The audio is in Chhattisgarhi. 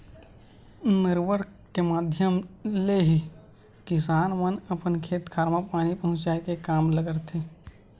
नरूवा के माधियम ले ही किसान मन अपन खेत खार म पानी पहुँचाय के काम ल करथे